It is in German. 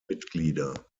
mitglieder